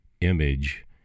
image